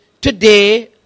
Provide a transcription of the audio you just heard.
today